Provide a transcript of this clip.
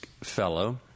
fellow